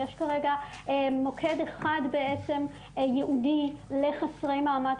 יש כרגע מוקד אחד בעצם ייעודי לחסרי מעמד,